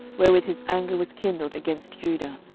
wherewith his anger was kindled against judah,